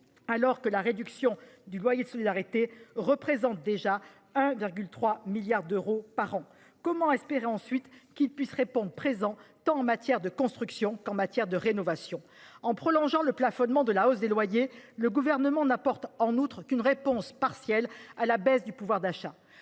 alors que la réduction de loyer de solidarité (RLS) représente déjà 1,3 milliard d'euros par an. Comment espérer ensuite qu'ils puissent répondre présents aussi bien en matière de rénovation que de construction ? En prolongeant le plafonnement de la hausse des loyers, le Gouvernement n'apporte en outre qu'une réponse partielle à la baisse du pouvoir d'achat.